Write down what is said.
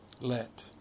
Let